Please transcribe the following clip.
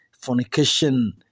fornication